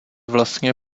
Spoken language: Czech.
vlastně